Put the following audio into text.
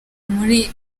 muri